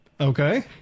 okay